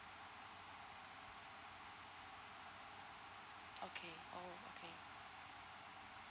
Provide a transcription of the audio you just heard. okay oh okay